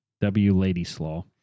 W-Lady-Slaw